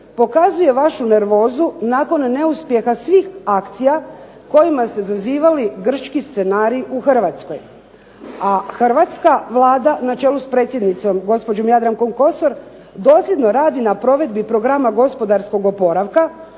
pokazuje vašu nervozu nakon neuspjeha svih akcija kojima ste zazivali grčki scenarij u Hrvatskoj, a hrvatska Vlada, na čelu s predsjednicom gospođom Jadrankom Kosor, dosljedno radi na provedbi programa gospodarskog oporavka,